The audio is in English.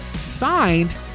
signed